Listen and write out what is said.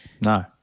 No